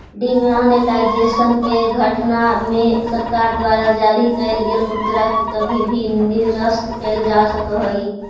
demonetisation के घटना में सरकार द्वारा जारी कैल गेल मुद्रा के कभी भी निरस्त कैल जा सकऽ हई